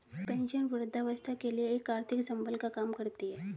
pension वृद्धावस्था के लिए एक आर्थिक संबल का काम करती है